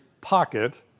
pocket